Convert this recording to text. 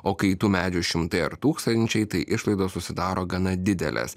o kai tų medžių šimtai ar tūkstančiai tai išlaidos susidaro gana didelės